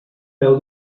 peu